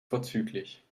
vorzüglich